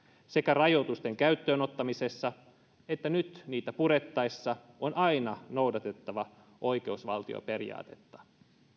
sekä rajoitusten käyttöön ottamisessa että nyt niitä purettaessa on aina noudatettava oikeusvaltioperiaatetta